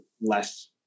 less